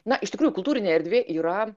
na iš tikrųjų kultūrinė erdvė yra